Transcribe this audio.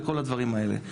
וכל הדברים האלה.